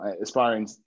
aspiring